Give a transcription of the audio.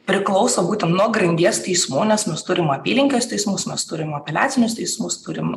priklauso būtent nuo grandies teismų nes mes turim apylinkės teismus mes turim apeliacinius teismus turim